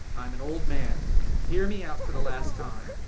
i am an old man hear me out for the last time.